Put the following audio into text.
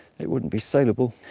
it wouldn't be saleable.